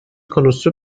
konusu